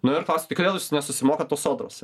nu ir klausi tai kodėl nesusimokat tos sodros